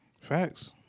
Facts